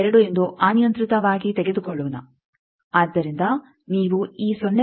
2 ಎಂದು ಅನಿಯಂತ್ರಿತವಾಗಿ ತೆಗೆದುಕೊಳ್ಳೋಣ ಆದ್ದರಿಂದ ನೀವು ಈ 0